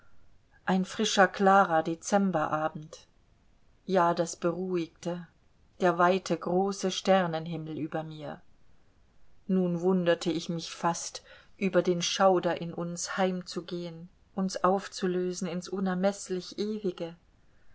ein frischer klarer dezemberabend ja das beruhigte der weite große sternenhimmel über mir nun wunderte ich mich fast über den schauder in uns heimzugehen uns aufzulösen in's unermeßlich ewige